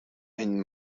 einen